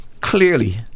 clearly